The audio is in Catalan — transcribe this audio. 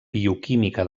bioquímica